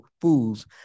fools